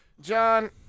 John